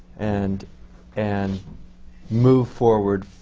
and and move forward,